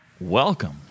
Welcome